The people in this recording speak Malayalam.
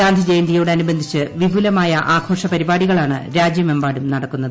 ഗാന്ധിജയന്തിയോടനുബന്ധിച്ച് വിപുലമായആഘോഷ പരിപാടികളാണ് രാജ്യമെമ്പാടും നടക്കുന്നത്